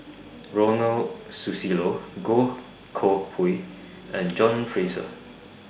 Ronald Susilo Goh Koh Pui and John Fraser